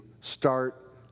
Start